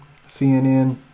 CNN